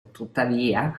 tuttavia